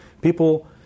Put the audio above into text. people